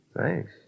Thanks